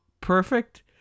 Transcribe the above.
perfect